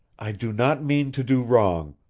i do not mean to do wrong.